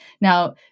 now